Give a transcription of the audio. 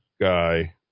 guy